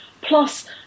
plus